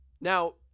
Now